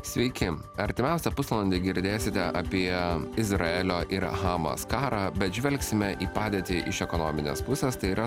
sveiki artimiausią pusvalandį girdėsite apie izraelio ir hamas karą bet žvelgsime į padėtį iš ekonominės pusės tai yra